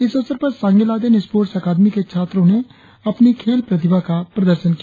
इस अवसर पर सांगे लाहदेन स्पोर्टस अकादमी के छात्रों ने अपनी खेल प्रतिभा का प्रदर्शन किया